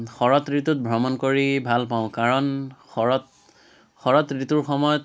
শৰৎ ঋতুত ভ্ৰমণ কৰি ভাল পাওঁ কাৰণ শৰৎ শৰৎ ঋতুৰ সময়ত